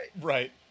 Right